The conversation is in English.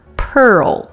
pearl